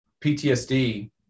PTSD